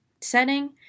setting